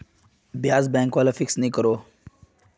ब्याज़ बैंक वाला फिक्स नि करोह